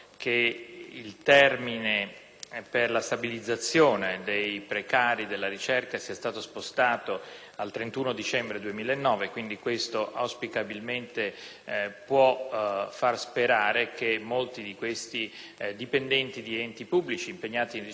il termine per la stabilizzazione dei precari della ricerca sia stato spostato al 31 dicembre 2009. Ciò può far sperare che molti di questi dipendenti di enti pubblici impegnati in ricerca possano